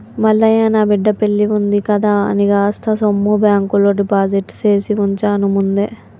మల్లయ్య నా బిడ్డ పెల్లివుంది కదా అని కాస్త సొమ్ము బాంకులో డిపాజిట్ చేసివుంచాను ముందే